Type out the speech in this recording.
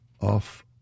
Off